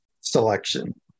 selection